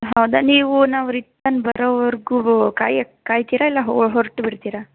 ಹೌದಾ ನೀವು ನಾವು ರಿಟರ್ನ್ ಬರೋವರೆಗೂ ಕಾಯಕ್ ಕಾಯ್ತೀರಾ ಇಲ್ಲ ಹೊರಟುಬಿಡ್ತೀರಾ